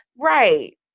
right